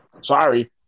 Sorry